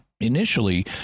Initially